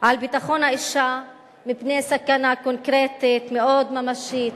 על ביטחון האשה מפני סכנה קונקרטית מאוד ממשית.